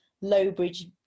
Lowbridge